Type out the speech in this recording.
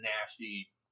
nasty